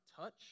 touch